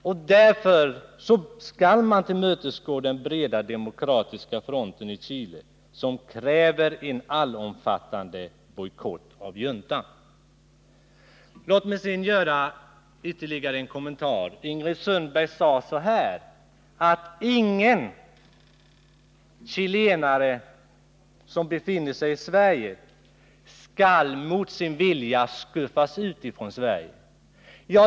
Man bör av den anledningen tillmötesgå den breda demokratiska fronten i Chile, som kräver en allomfattande bojkott av juntan. Låt mig göra ytterligare en kommentar. Ingrid Sundberg sade att ingen chilenare som befinner sig i Sverige skall mot sin vilja skuffas ut ur Sverige.